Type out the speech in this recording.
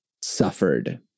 suffered